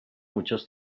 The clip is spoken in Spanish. muchas